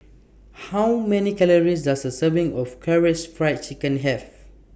How Many Calories Does A Serving of Karaage Fried Chicken Have